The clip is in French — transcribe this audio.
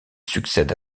succède